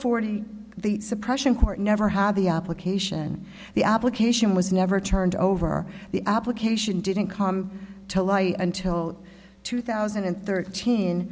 forty the suppression court never had the obligation the application was never turned over the application didn't come to light until two thousand and thirteen